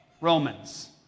Romans